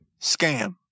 scam